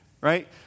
right